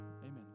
Amen